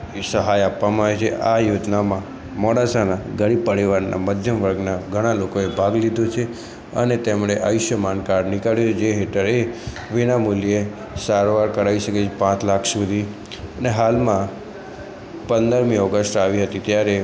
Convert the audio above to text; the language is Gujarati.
ની સહાય આપવામાં આવે છે આ યોજનામાં મોડાસાના ગરીબ પરિવારના મધ્યમ વર્ગના ઘણા લોકોએ ભાગ લીધો છે અને તેમને આયુષ્માન કાર્ડ નીકાળ્યું જે હેઠળ એ વિના મૂલ્યે સારવાર કરાવી શકે પાંચ લાખ સુધી અને હાલમાં પંદરમી ઓગસ્ટ આવી હતી ત્યારે